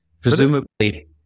Presumably